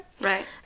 Right